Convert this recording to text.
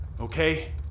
okay